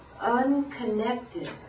unconnected